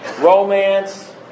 romance